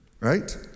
right